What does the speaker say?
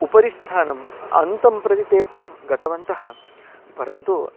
उपरि स्थानम् अन्तं प्रति ते गतवन्तः परन्तु